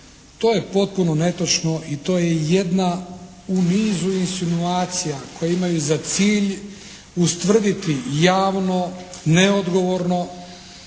To je potpuno netočno i to je jedna u nizu insinuacija koje imaju za cilj ustvrditi javno neodgovorno